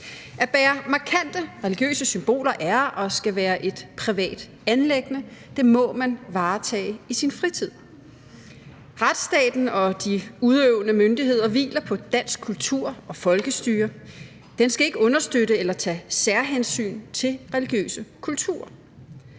At bære markante religiøse symboler er og skal være et privat anliggende. Det må man varetage i sin fritid. Retsstaten og de udøvende myndigheder hviler på dansk kultur og folkestyre. Den skal ikke understøtte eller tage særhensyn til religiøse kulturer.